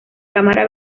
cámara